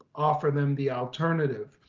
offer them the alternative.